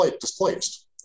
displaced